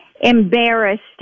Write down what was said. embarrassed